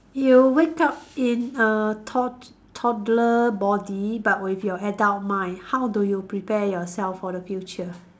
you wake up in a tod~ toddler body but with your adult mind how do you prepare yourself for the future